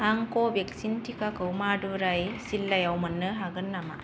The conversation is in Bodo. आं क भेक्चिन टिकाखौ मादुराइ जिल्लायाव मोन्नो हागोन नामा